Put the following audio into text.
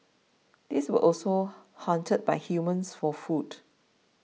these were also hunted by humans for food